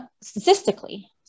statistically